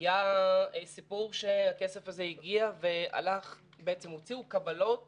היה סיפור שהכסף הזה הגיע והוציאו קבלות